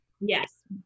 Yes